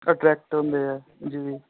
attract ਹੁੰਦੇ ਆ ਜੀ